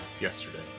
yesterday